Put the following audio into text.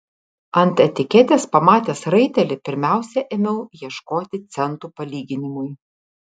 ant etiketės pamatęs raitelį pirmiausia ėmiau ieškoti centų palyginimui